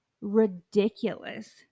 ridiculous